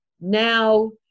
now